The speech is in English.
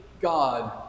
god